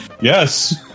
Yes